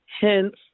hence